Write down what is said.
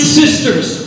sisters